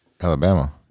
Alabama